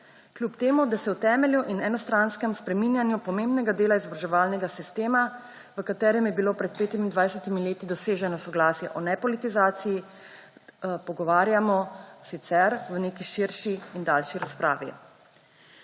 Kljub temu, da se v temelju in enostranskem spreminjanju pomembnega dela izobraževalnega sistema, v katerem je bilo pred 25-imi leti doseženo soglasje o nepolitizaciji, pogovarjamo sicer v neki širši in daljši razpravi.